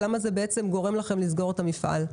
למה זה בעצם גורם לכם לסגור את המפעל?